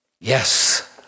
Yes